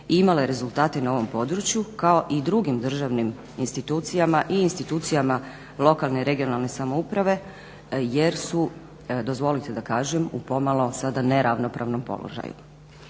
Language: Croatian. imale rezultate na ovom području, kao i drugim državnim institucijama i institucijama lokalne, regionalne samouprave jer su, dozvolite da kažem u pomalo sada neravnopravnom položaju.